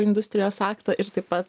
industrijos aktą ir taip pat